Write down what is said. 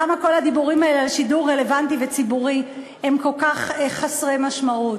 למה כל הדיבורים האלה על שידור רלוונטי וציבורי הם כל כך חסרי משמעות?